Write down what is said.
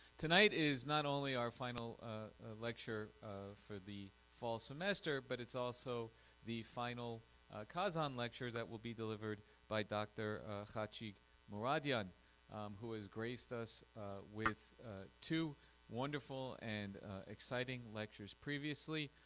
tonight is not only our final lecture um for the fall semester but it's also the final kazan lecture that will be delivered by dr. khatchig mouradian who has graced us with two wonderful and exciting lectures previously,